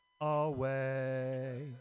away